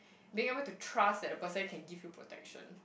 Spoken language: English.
being able to trust that the person can give you protection